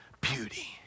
Beauty